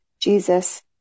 Jesus